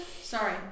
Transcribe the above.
Sorry